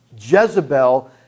Jezebel